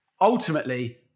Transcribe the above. ultimately